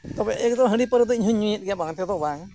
ᱛᱚᱵᱮ ᱮᱠᱫᱚᱢ ᱦᱟᱹᱰᱤ ᱯᱟᱹᱣᱨᱟ ᱫᱚ ᱤᱧᱦᱚᱧ ᱧᱩᱭᱮᱫ ᱜᱮᱭᱟ ᱵᱟᱝ ᱛᱮᱫᱚ ᱵᱟᱝ